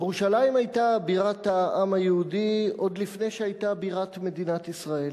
ירושלים היתה בירת העם היהודי עוד לפני שהיתה בירת מדינת ישראל,